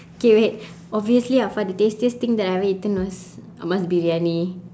K wait obviously afar the tastiest thing that I ever eaten was amma's briyani